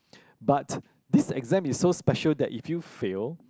but this exam is so special that if you fail